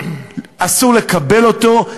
אסור לקבל אותו.